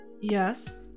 Yes